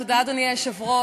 תודה, אדוני היושב-ראש.